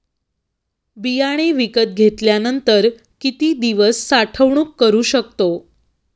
बियाणे विकत घेतल्यानंतर किती दिवस साठवणूक करू शकतो?